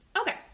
okay